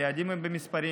היעדים הם במספרים.